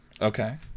okay